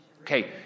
Okay